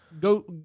go